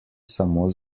samo